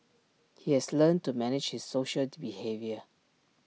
he has learnt to manage his social behaviour